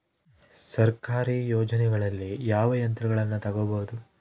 ಸರ್ಕಾರಿ ಯೋಜನೆಗಳಲ್ಲಿ ಯಾವ ಯಂತ್ರಗಳನ್ನ ತಗಬಹುದು?